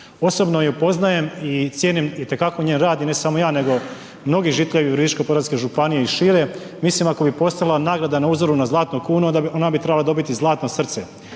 Osobno ju poznajem i cijenim itekako njen rad i ne samo ja nego mnogi žitelji Virovitičko-podravske županije i šire, mislim ako bi postojala nagrada na uzoru na zlatnu kunu, ona bi trebala dobiti zlatno srce.